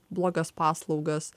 blogas paslaugas